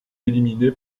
éliminé